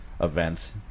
events